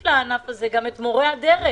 הענף השני שנפגע הוא ענף מורי הדרך.